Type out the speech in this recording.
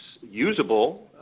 usable